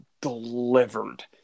delivered